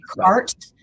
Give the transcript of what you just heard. cart